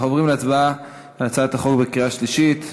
אנחנו עוברים להצבעה על הצעת החוק בקריאה שלישית.